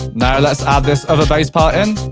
now let's add this other bass part in.